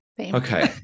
Okay